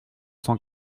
cent